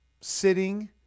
sitting